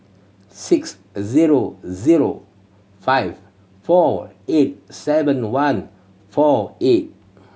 six zero zero five four eight seven one four eight